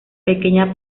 pequeña